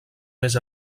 més